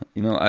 you know,